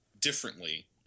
differently